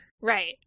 Right